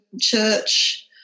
church